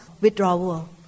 withdrawal